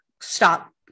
stop